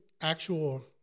actual